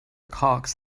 cocks